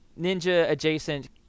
ninja-adjacent